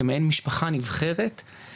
כמעין משפחה נבחרת,